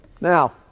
Now